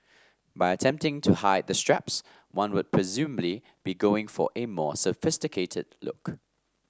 by attempting to hide the straps one would presumably be going for a more sophisticated look